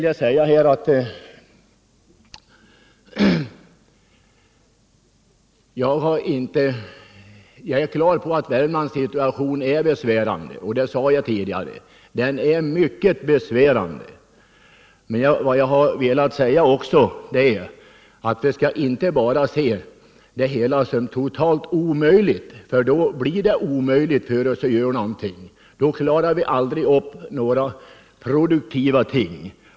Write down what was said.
Jag är på det klara med att Värmlands situation är besvärande. Det sade jag tidigare. Den är mycket besvärande. Vad jag också har velat påpeka är att vi inte skall se det hela som totalt omöjligt, för då blir det också omöjligt för oss att göra någonting. Då klarar vi aldrig av några produktiva ting.